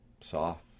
soft